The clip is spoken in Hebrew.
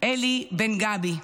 אלי בן גבי,